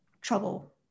trouble